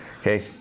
okay